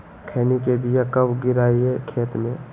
खैनी के बिया कब गिराइये खेत मे?